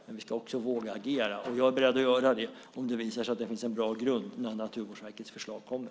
Men vi ska också våga agera, och jag är beredd att göra det om det visar sig att det finns en bra grund när Naturvårdsverkets förslag kommer.